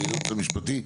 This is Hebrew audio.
הייעוץ המשפטי?